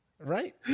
Right